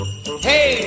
Hey